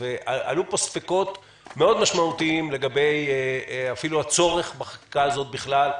עלו פה ספקות מאוד משמעותיים לגבי הצורך בחקיקה הזו בכלל,